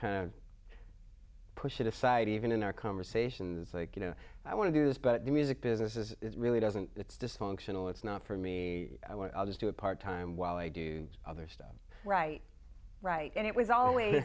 kind of push it aside even in our conversations like you know i want to do this but the music business is it really doesn't it's dysfunctional it's not for me i'll just do a part time while i do other stuff right right and it was al